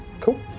cool